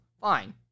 fine